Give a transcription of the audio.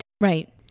Right